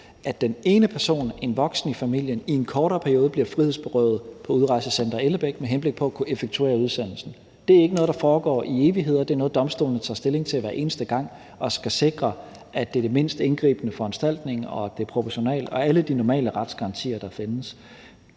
at den ene person, altså en voksen i familien, i en kortere periode bliver frihedsberøvet på Udlændingecenter Ellebæk med henblik på at kunne effektuere udsendelsen. Det er ikke noget, der foregår i evigheder. Det er noget, domstolene tager stilling til hver eneste gang, og de skal sikre, at det er den mindst indgribende foranstaltning, og at det er proportionalt, og alle de normale retsgarantier, der findes.